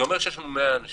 זה אומר שיש 100 אנשים